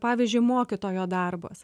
pavyzdžiui mokytojo darbas